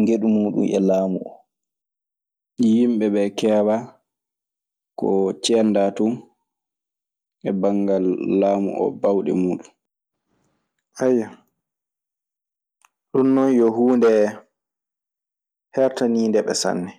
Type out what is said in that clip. ngeɗu muuɗun e laamu oo. Yimɓe ɓee keewaa ko ceendaa ton e banngal laamu oo baawɗe muuɗun. Ayyo, ɗunnon yo huunde, hertaniindeɓe sanne.